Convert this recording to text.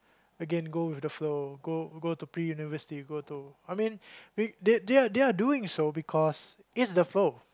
again go with the flow go go to pre-university go to I mean we they they they are doing so because it's the flow